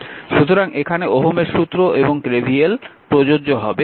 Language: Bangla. সুতরাং এখানে ওহমের সূত্র এবং KVL প্রযোজ্য হবে